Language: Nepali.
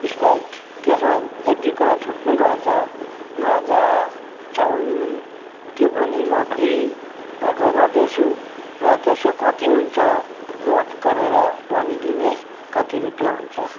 र स्प्राइट एक दुई कुरा छुट्नु गएछ माजा चाउमिन त्यो पनि म फेरि अर्डर गर्दैछु र त्यसको कति हुन्छ मोठ गरेर भनिदिने कति रुपियाँ हुन्छ